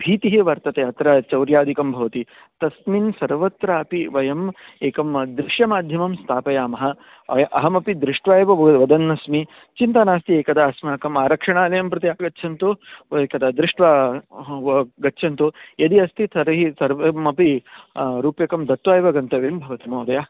भीतिः वर्तते अत्र चौर्यादिकं भवति तस्मिन् सर्वत्रापि वयम् एकं दृश्यमाध्यमं स्थापयामः अव अहमपि दृष्ट्वा एव वदन्नस्मि चिन्ता नास्ति एकदा अस्माकम् आरक्षणालयं प्रति आगच्छन्तु व एतद् अ दृष्ट्वा गच्छन्तु यदि अस्ति तर्हि सर्वमपि रूप्यकं दत्वा एव गन्तव्यं भवति महोदय